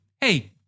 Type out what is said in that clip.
Hey